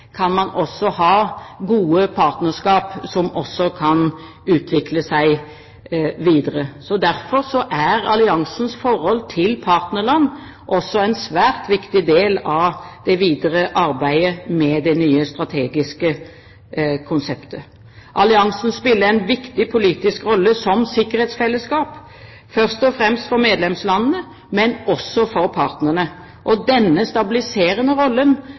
kan man ha gode partnerskap som kan utvikle seg videre. Derfor er alliansens forhold til partnerland også en svært viktig del av det videre arbeidet med det nye strategiske konseptet. Alliansen spiller en viktig politisk rolle som sikkerhetsfellesskap, først og fremst for medlemslandene, men også for partnerne. Denne stabiliserende rollen